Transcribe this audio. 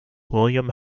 william